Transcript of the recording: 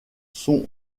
sont